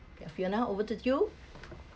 fiona over to you